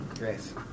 Yes